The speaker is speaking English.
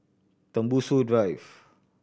Tembusu Drive